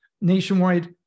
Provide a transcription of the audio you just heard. nationwide